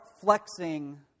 flexing